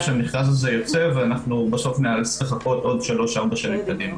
שהמכרז הזה ייצא ואנחנו בסוף נאלץ לחכות עוד שלוש-ארבע שנים קדימה.